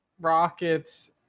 Rockets